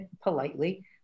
politely